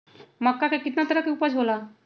मक्का के कितना तरह के उपज हो ला?